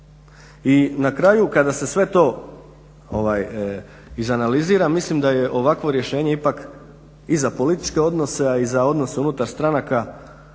I na kraju kada se sve to izanalizira mislim da je ovakvo rješenje ipak i za političke odnose, a i za odnose unutar stranaka